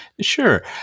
Sure